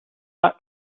such